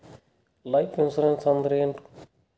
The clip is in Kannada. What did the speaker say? ಲೈಫ್ ಇನ್ಸೂರೆನ್ಸ್ ಅಂದ್ರ ಏನ?